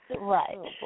Right